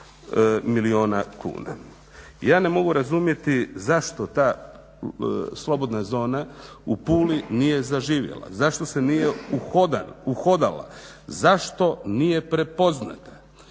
milijuna kuna. Ja ne mogu razumjeti zašto ta slobodna zona u Puli nije zaživjela, zašto se nije uhodala, zašto nije prepoznata?